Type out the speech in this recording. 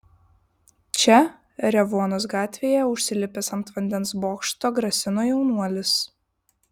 čia revuonos gatvėje užsilipęs ant vandens bokšto grasino jaunuolis